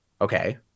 Okay